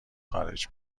خارج